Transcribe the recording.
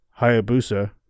Hayabusa